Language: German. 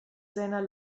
seiner